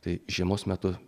tai žiemos metu